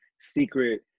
secret